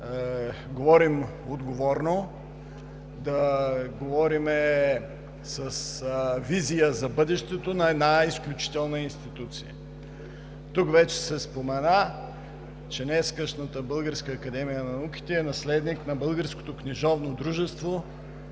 да говорим отговорно, да говорим с визия за бъдещето на една изключителна институция. Тук вече се спомена, че днешната Българска академия на науките е наследник на Българското книжовно дружество,